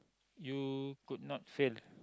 you could not fail